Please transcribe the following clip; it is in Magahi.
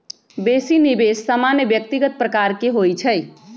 बेशी निवेश सामान्य व्यक्तिगत प्रकार के होइ छइ